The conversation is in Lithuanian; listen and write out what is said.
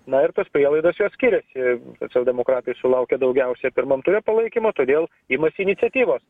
na ir tos prielaidos jos skiriasi socialdemokratai sulaukė daugiausiai pirmam ture palaikymo todėl imasi iniciatyvos